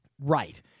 Right